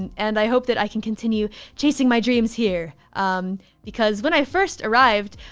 and and i hope that i can continue chasing my dreams here because when i first arrived,